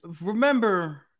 remember